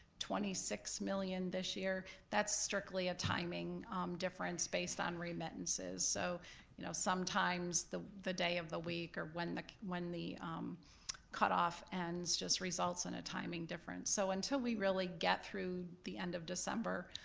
twenty six million this year. that's strictly a timing difference based on remittances, so you know sometimes the the day of the week or when the when the cutoff ends just results in a timing difference, so until we really get through the end of december,